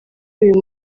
uyu